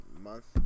Month